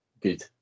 good